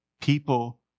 People